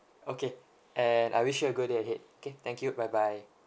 okay and I wish you a good day ahead K thank you bye bye